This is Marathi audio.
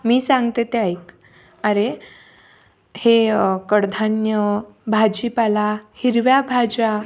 मी सांगते ते ऐक अरे हे कडधान्य भाजीपाला हिरव्या भाज्या